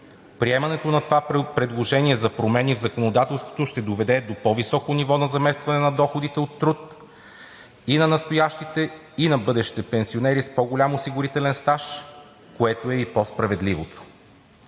Приемането на това предложение за промени в законодателството ще доведе до по-високо ниво на заместване на доходите от труд и на настоящите, и на бъдещите пенсионери с по-голям осигурителен стаж, което е и по-справедливото.